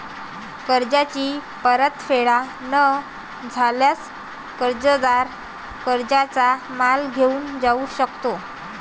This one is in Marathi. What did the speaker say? कर्जाची परतफेड न झाल्यास, कर्जदार कर्जदाराचा माल घेऊन जाऊ शकतो